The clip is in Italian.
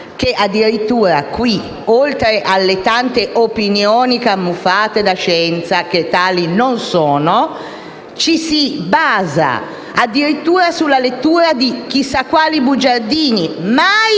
che addirittura qui, oltre che sulle tante opinioni camuffate da verità scientifiche, ma che tali non sono, ci si basa addirittura sulla lettura di chissà quali bugiardini,